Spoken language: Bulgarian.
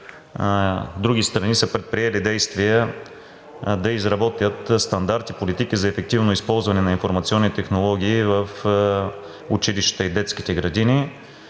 други страни са предприели действия да изработят стандарти, политики за ефективно използване на информационни технологии в училищата и детските градини.